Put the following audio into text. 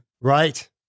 Right